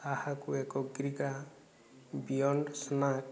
ତାହାକୁ ଏକ କିଗ୍ରା ବିୟଣ୍ଡ ସ୍ନାକ୍